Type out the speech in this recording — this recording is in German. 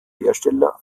hersteller